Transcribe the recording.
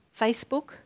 Facebook